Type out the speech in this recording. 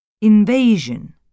Invasion